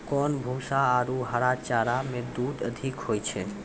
कोन भूसा आरु हरा चारा मे दूध अधिक होय छै?